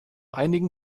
einigen